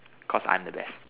cause I'm the best